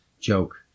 joke